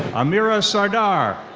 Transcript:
amira sardar.